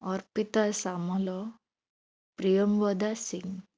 Arpita Samal Priyambada Singh